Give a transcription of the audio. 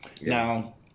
Now